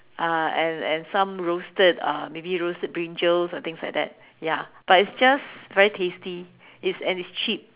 uh and and some roasted uh maybe roasted brinjals and things like that ya but it's just very tasty it's and it's cheap